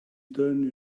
donne